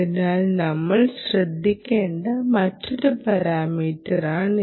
അതിനാൽ നമ്മൾ ശ്രദ്ധിക്കേണ്ട മറ്റൊരു പാരാമീറ്ററിതാണ്